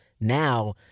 Now